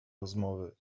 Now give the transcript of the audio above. rozmowy